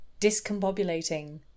discombobulating